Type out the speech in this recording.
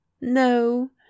No